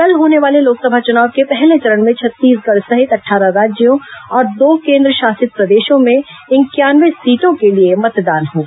कल होने वाले लोकसभा चुनाव के पहले चरण में छत्तीसगढ़ सहित अट्ठारह राज्यों और दो केन्द्र शासित प्रदेशों में इंक्यानवे सीटों के लिए मतदान होगा